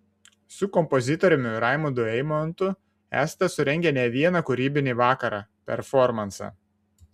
su kompozitoriumi raimundu eimontu esate surengę ne vieną kūrybinį vakarą performansą